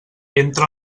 entra